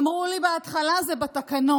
אמרו לי בהתחלה שזה בתקנון,